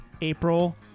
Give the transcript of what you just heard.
April